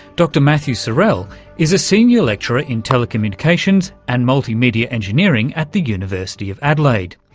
dr matthew sorrell is a senior lecturer in telecommunications and multi-media engineering at the university of adelaide.